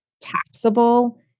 taxable